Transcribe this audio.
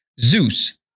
Zeus